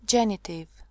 Genitive